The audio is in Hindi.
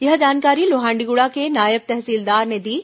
यह जानकारी लोहंडीगुड़ा के नायब तहसीलदार ने दी है